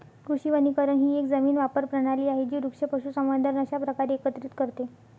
कृषी वनीकरण ही एक जमीन वापर प्रणाली आहे जी वृक्ष, पशुसंवर्धन अशा प्रकारे एकत्रित करते